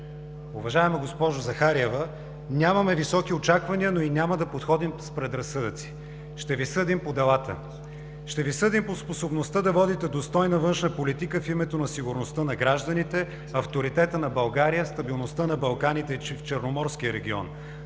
Уважаема госпожо Захариева, нямаме високи очаквания, но и няма да подходим с предразсъдъци – ще Ви съдим по делата. Ще Ви съдим по способността да водите достойна външна политика в името на сигурността на гражданите, авторитетът на България, стабилността на Балканите и в Черноморския регион,